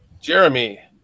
Jeremy